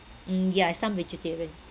mm yeah some vegetarian